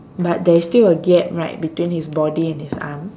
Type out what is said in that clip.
but there is still a gap right between his body and his arm